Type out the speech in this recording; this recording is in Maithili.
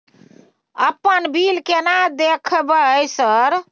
अपन बिल केना देखबय सर?